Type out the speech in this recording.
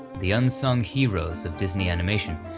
the unsung heroes of disney animation,